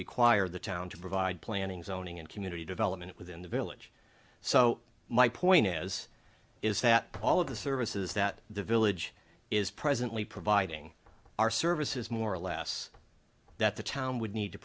require the town to provide planning zoning and community development within the village so my point is is that all of the services that the village is presently providing are services more or less that the town would need to